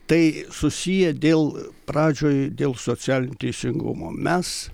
tai susiję dėl pradžioj dėl socialinio teisingumo mes